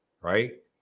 Right